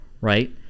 Right